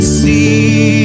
see